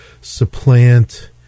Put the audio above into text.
supplant